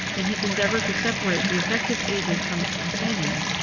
in his endeavour to separate the effective agent from its companions,